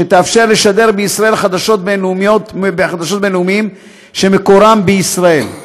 שתאפשר לשדר בישראל חדשות בין-לאומיות שמקורן בישראל.